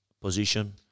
position